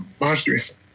monstrous